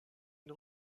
une